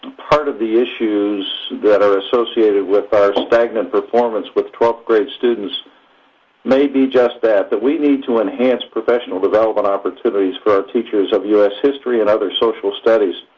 part of the issues that are associated with our stagnant performance with twelfth grade students may be just that, that we need to enhance professional development opportunities for our teachers of u s. history and other social studies,